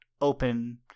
open